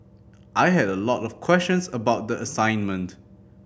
I had a lot of questions about the assignment